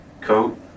Coat